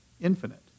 infinite